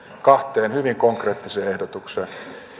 kahteen hyvin konkreettiseen ehdotukseen